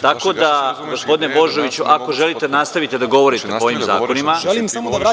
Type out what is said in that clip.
Tako da gospodine Božoviću, ako želite da nastavite da govorite o ovim zakonima